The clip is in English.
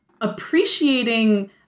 appreciating